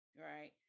right